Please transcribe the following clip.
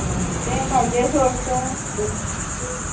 आं तें म्हजें सोड तूं दो